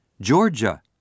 Georgia